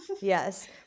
yes